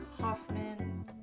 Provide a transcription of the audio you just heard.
Hoffman